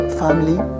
family